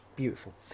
beautiful